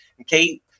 okay